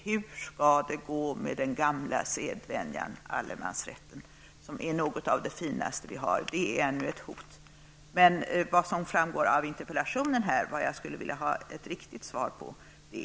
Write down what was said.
Hur skall det gå med den gamla sedvänjan allemansrätten, som är något av det finaste vi har? Detta är ännu ett hot. Jag vill ha ett riktigt svar på den fråga som framgår av interpellationen.